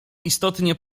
istotnie